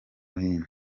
hino